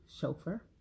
Chauffeur